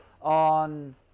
on